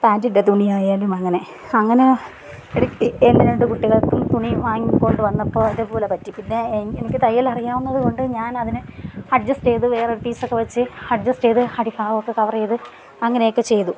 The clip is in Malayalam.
പാൻറ്റിൻ്റെ തുണിയായാലും അങ്ങനെ അങ്ങനെ ഇടയ്ക്ക് എൻ്റെ രണ്ട് കുട്ടികൾക്കും തുണി വാങ്ങിക്കൊണ്ട് വന്നപ്പോൾ അതേപോലെ പറ്റി പിന്നെ എനിക്ക് തയ്യലറിയാവുന്നതുകൊണ്ട് ഞാനതിനെ അഡ്ജസ്റ്റ് ചെയ്ത് വേറൊരു പീസൊക്കെ വെച്ച് ചെയ്ത് അടി ഭാഗമൊക്കെ കവർ ചെയ്ത് അങ്ങനെയൊക്കെ ചെയ്തു